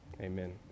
Amen